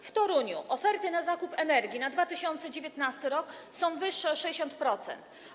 W Toruniu oferty na zakup energii na 2019 r. są wyższe o 60%.